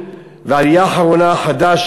והעלייה האחרונה החדשה,